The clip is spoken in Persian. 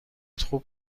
خوب